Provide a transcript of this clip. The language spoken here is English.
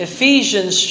Ephesians